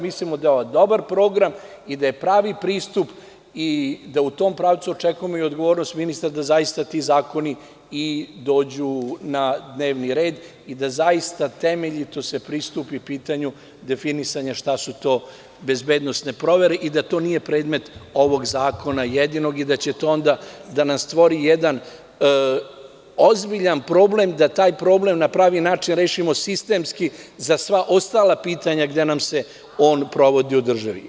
Mislimo da je ovo dobar program id a je pravi pristup i da u tom pravcu očekujemo i odgovornost ministra da zaista ti zakoni i dođu na dnevni red i da zaista se temeljito pristupi pitanju definisanja šta su to bezbednosne provere i da to nije predmet ovog zakona jedinog i da će to onda da nam stvori jedan ozbiljan problem, da taj problem na pravi način rešimo sistemski za sva ostala pitanja gde nam se on provodi u državi.